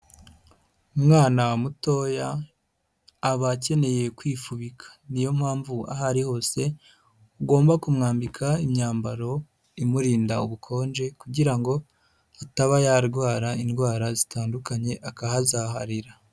Umwana mutoya aba akeneye kwifubika ni yo mpamvu aho ari hose ugomba kumwambika imyambaro imurinda ubukonje kugira ngo ataba yarwara indwara zitandukanye akahazaharira.